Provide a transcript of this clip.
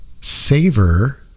savor